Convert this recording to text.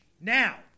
now